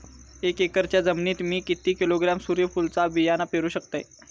एक एकरच्या जमिनीत मी किती किलोग्रॅम सूर्यफुलचा बियाणा पेरु शकतय?